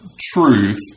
truth